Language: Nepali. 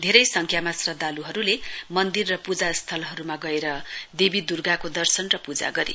धेरै संख्यामा श्रध्दालुहरुले मन्दिर र पूजा स्थलहरुमा गएर देवी दुर्गाको दर्शन र पूजा गरे